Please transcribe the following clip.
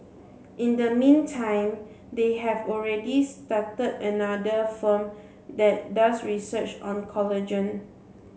in the meantime they have already started another firm that does research on collagen